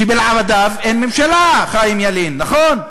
שבלעדיו אין ממשלה, חיים ילין, נכון?